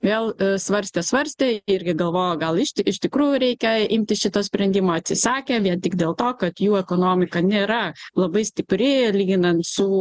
vėl svarstė svarstė irgi galvojo gal išti iš tikrųjų reikia imti šito sprendimo atsisakė vien tik dėl to kad jų ekonomika nėra labai stipri ir lyginant su